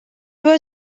were